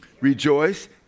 Rejoice